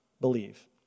believe